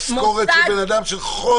משכורת של בן אדם בחודש.